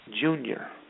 junior